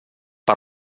per